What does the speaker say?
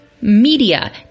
media